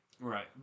Right